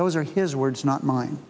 those are his words not min